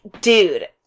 dude